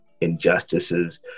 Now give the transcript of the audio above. injustices